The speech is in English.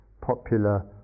popular